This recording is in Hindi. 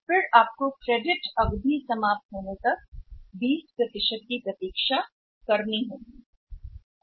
तो आपको करना होगा क्रेडिट अवधि समाप्त होने तक 20 की प्रतीक्षा करें